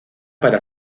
para